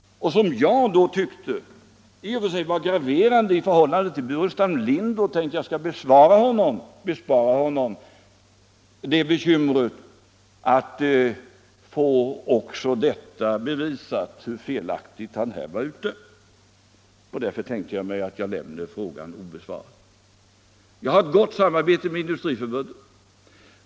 Jag tyckte i och för sig att den var graverande i förhållande till herr Burenstam Linder och tänkte att jag skulle bespara honom bekymret att visa hur fel han hade. Därför lämnade jag frågan obesvarad. Jag har gott samarbete med Industriförbundet.